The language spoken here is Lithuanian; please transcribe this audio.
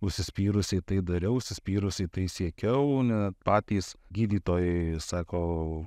užsispyrusiai tai dariau užsispyrusiai tai siekiau ne patys gydytojai sako